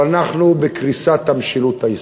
אבל אנחנו בקריסת המשילות הישראלית.